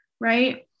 Right